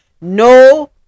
no